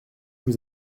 vous